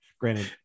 Granted